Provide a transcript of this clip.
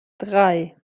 drei